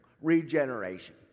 regeneration